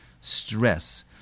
stress